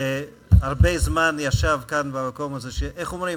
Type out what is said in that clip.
שהרבה זמן ישב כאן במקום הזה, איך אומרים?